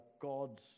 God's